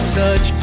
touch